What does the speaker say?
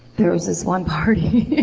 there was this one party.